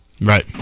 Right